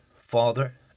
father